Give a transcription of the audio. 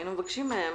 היינו מבקשים מהם,